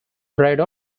ride